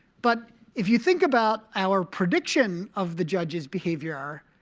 but if you think about our prediction of the judge's behavior,